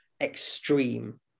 extreme